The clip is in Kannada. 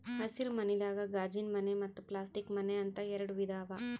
ಹಸಿರ ಮನಿದಾಗ ಗಾಜಿನಮನೆ ಮತ್ತ್ ಪ್ಲಾಸ್ಟಿಕ್ ಮನೆ ಅಂತ್ ಎರಡ ವಿಧಾ ಅವಾ